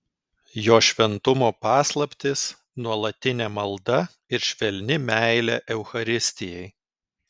jo šventumo paslaptys nuolatinė malda ir švelni meilė eucharistijai